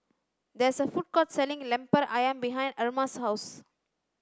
there is a food court selling Lemper Ayam behind Erasmus' house